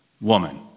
woman